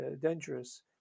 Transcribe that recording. dangerous